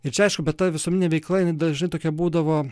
ir čia aišku bet ta visuomeninė veikla dažnai tokia būdavo